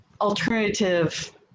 alternative